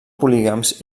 polígams